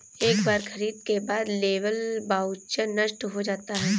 एक बार खरीद के बाद लेबर वाउचर नष्ट हो जाता है